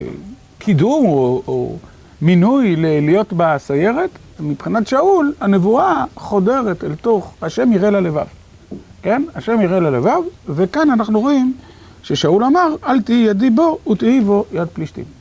קידום או מינוי להיות בסיירת, מבחינת שאול הנבואה חודרת אל תוך השם יראה ללבב. כן? השם יראה ללבב, וכאן אנחנו רואים ששאול אמר, אל תהיי ידי בו, ותהיי בו יד פלישתים.